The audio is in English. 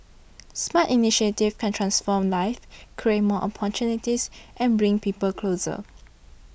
smart initiatives can transform lives create more opportunities and bring people closer